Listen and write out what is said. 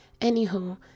anywho